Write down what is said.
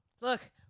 look